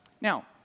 Now